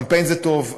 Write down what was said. קמפיין זה טוב,